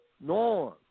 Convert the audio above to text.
norm